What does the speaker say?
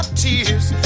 tears